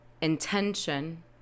Intention